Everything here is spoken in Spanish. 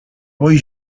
voy